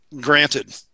Granted